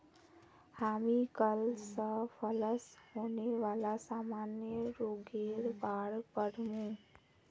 हामी कल स फलत होने वाला सामान्य रोगेर बार पढ़ मु